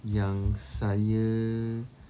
yang saya